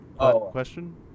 question